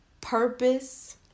purpose